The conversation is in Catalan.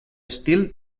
estil